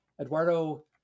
Eduardo